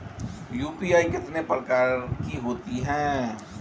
UPI कितने प्रकार की होती हैं?